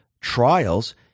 trials